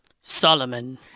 Solomon